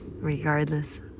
Regardless